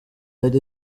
yari